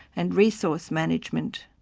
and resource management.